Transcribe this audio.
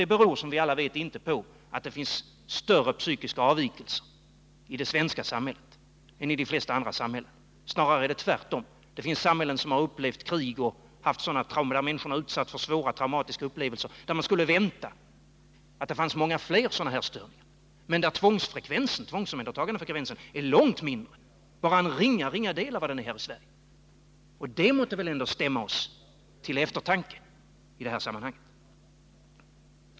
Det beror som alla vet inte på att det finns större psykiska avvikelser i det svenska samhället än i de flesta andra samhällen — snarare är det tvärtom. Det 141 finns samhällen som har upplevt krig och där människorna utsatts för svåra traumatiska upplevelser, där man skulle vänta att det fanns många fler sådana här störningar. Men tvångsomhändertagandet där är långt mindre, ja bara en ringa del av vad det är här i Sverige. Det måtte väl ändå stämma oss till eftertanke i detta sammanhang.